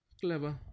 Clever